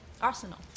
arsenal